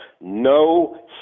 no